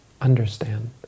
understand